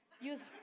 use